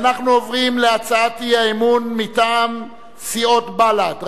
ואנחנו עוברים להצעת האי-אמון מטעם סיעות בל"ד,